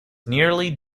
nearly